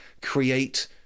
create